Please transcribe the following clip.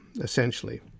essentially